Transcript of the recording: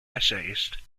essayist